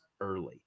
early